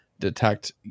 detect